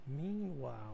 meanwhile